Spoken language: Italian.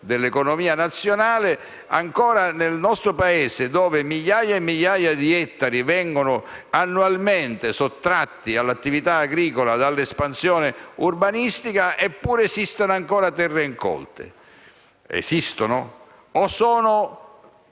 dell'economia nazionale e dove ancora migliaia e migliaia di ettari vengono annualmente sottratti all'attività agricola dall'espansione urbanistica, perché esistano ancora terre incolte. Ma esistono? O